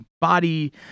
body